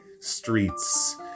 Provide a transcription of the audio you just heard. streets